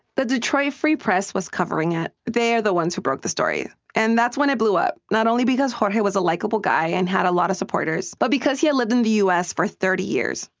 the detroit free press was covering it. they are the ones who broke the story. and that's when it blew up, not only because jorge was a likable guy and had a lot of supporters, but because he had lived in the u s. for thirty years.